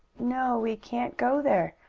no, we can't go there,